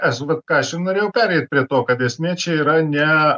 esu vat ką aš jum norėjau pereit prie to kad esmė čia yra ne